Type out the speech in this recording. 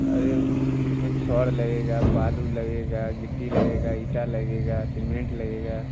अरे इसमें छड़ लगेगा बालू लगेगा गिट्टी लगेगा ईंट लगेगा सीमेंट लगेगा